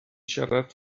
siarad